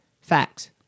facts